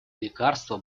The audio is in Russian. лекарства